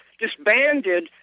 disbanded